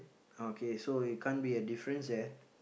okay so it can't be a difference there